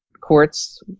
courts